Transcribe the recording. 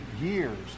years